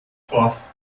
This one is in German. torf